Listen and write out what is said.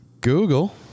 google